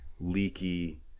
leaky